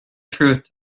truth